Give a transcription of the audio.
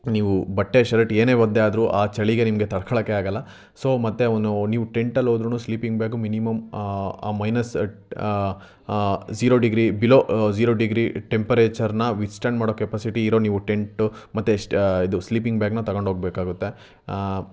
ನೀವು ಬಟ್ಟೆ ಶರ್ಟ್ ಏನೇ ಒದ್ದೆ ಆದರೂ ಆ ಚಳಿಗೆ ನಿಮಗೆ ತಡ್ಕೊಳಕ್ಕೇ ಆಗೋಲ್ಲ ಸೊ ಮತ್ತು ಅವನು ನೀವು ಟೆಂಟಲ್ಲಿ ಹೋದ್ರು ಸ್ಲೀಪಿಂಗ್ ಬ್ಯಾಗು ಮಿನಿಮಮ್ ಆ minus zero degree below zero degree ಟೆಂಪರೇಚರ್ನ ವಿತ್ಸ್ಟ್ಯಾಂಡ್ ಮಾಡೋ ಕೆಪಾಸಿಟಿ ಇರೋ ನೀವು ಟೆಂಟು ಮತ್ತು ಸ್ಟ್ ಇದು ಸ್ಲೀಪಿಂಗ್ ಬ್ಯಾಗ್ನ ತಗಂಡು ಹೋಗಬೇಕಾಗುತ್ತೆ